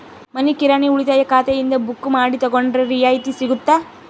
ಮನಿ ಕಿರಾಣಿ ಉಳಿತಾಯ ಖಾತೆಯಿಂದ ಬುಕ್ಕು ಮಾಡಿ ತಗೊಂಡರೆ ರಿಯಾಯಿತಿ ಸಿಗುತ್ತಾ?